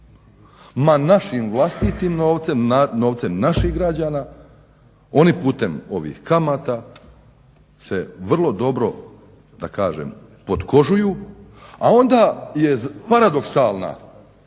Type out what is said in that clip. Ma našim vlastitim novcem, novcem naših građana oni putem ovih kamata se vrlo dobro, da kažem potkožuju, a onda je paradoksalna,